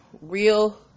real